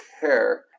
care